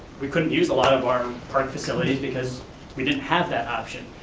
we couldn't use a lot of our park facilities because we didn't have that option.